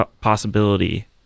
possibility